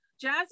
Jazz